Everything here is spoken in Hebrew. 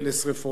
לשרפות.